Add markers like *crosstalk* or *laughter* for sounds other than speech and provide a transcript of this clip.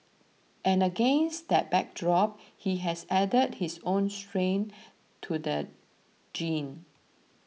and against that backdrop he has added his own strain *noise* to the genre